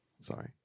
Sorry